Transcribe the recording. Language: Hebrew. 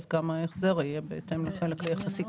אז גם ההחזר יהיה בהתאם לחלק היחסי,